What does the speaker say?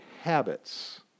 habits